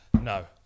No